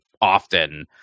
often